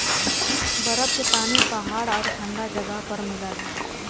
बरफ के पानी पहाड़ आउर ठंडा जगह पर मिलला